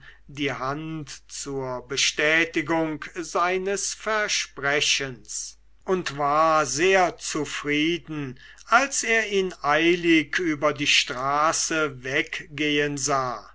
die hand zur bestätigung seines versprechens und war sehr zufrieden als er ihn eilig über die straße weggehen sah